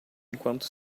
enquanto